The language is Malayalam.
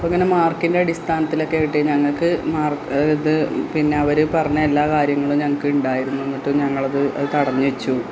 അപ്പം അങ്ങനെ മാർക്കിൻ്റെ അടിസ്ഥാനത്തിലൊക്കെ കിട്ടി ഞങ്ങൾക്ക് മാർക്ക് ഇതു പിന്നവർ പറഞ്ഞ എല്ലാ കാര്യങ്ങളും ഞങ്ങൾക്കുണ്ടായിരുന്നു എന്നിട്ട് ഞങ്ങളത് അതു തടഞ്ഞു വെച്ചു